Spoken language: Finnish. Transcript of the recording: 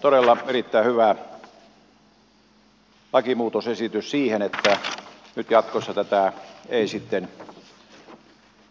todella erittäin hyvä lakimuutosesitys siihen että nyt jatkossa tätä ei sitten